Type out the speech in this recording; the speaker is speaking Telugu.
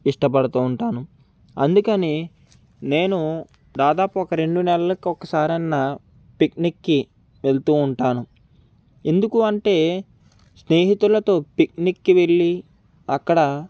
ఇష్టపడుతూ ఉంటాను అందుకని నేను దాదాపు ఒక రెండు నెలలకు ఒకసారన్నా పిక్నికి వెళ్తూ ఉంటాను ఎందుకు అంటే స్నేహితులతో పిక్నిక్కి వెళ్లి అక్కడ